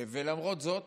ולמרות זאת